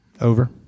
Over